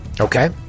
Okay